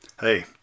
hey